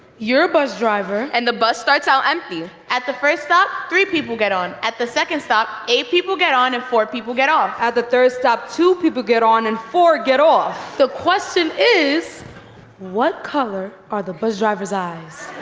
you're a bus driver and the bus starts out empty. at the first stop, three people get on, at the second stop, eight people get on and four people get off. at the third stop, two people get on and four get off. the question is what color are the bus driver's eyes?